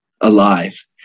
alive